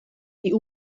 die